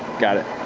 got it.